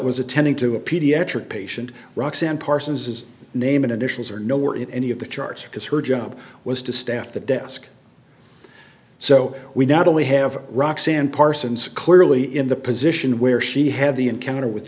was attending to a pediatric patient roxanne parsons's name in additions or no or in any of the charts because her job was to staff the desk so we not only have roxanne parsons clearly in the position where she had the encounter with